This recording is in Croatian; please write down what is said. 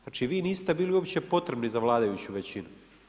Znači, vi niste bili uopće potrebni za vladajuću većinu.